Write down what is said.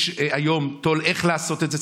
יש היום תו"ל איך לעשות את זה.